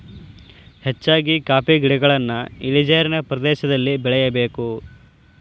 ಹೆಚ್ಚಾಗಿ ಕಾಫಿ ಗಿಡಗಳನ್ನಾ ಇಳಿಜಾರಿನ ಪ್ರದೇಶದಲ್ಲಿ ಬೆಳೆಯಬೇಕು